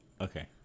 Okay